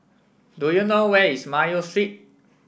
do you know where is Mayo Street